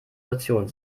situation